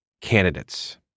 candidates